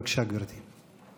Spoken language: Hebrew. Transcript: בבקשה, גברתי.